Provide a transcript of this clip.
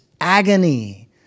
agony